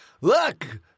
Look